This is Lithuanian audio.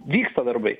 vyksta darbai